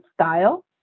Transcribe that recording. style